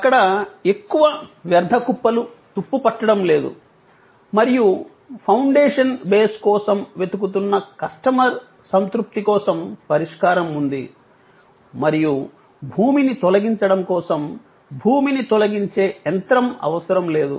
అక్కడ ఎక్కువ వ్యర్థ కుప్పలు తుప్పు పట్టడం లేదు మరియు ఫౌండేషన్ బేస్ కోసం వెతుకుతున్న కస్టమర్ సంతృప్తి కోసం పరిష్కారం ఉంది మరియు భూమిని తొలగించడం కోసం భూమిని తొలగించే యంత్రం అవసరం లేదు